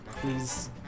please